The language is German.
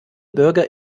bürger